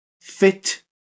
fit